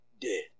Dead